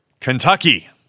Kentucky